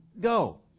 go